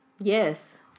Yes